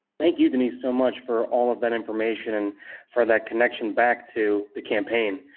thank you denise so much for all of that information and for that connection back to the campaign.